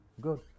Good